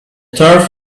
turf